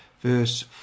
Verse